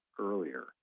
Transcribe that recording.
earlier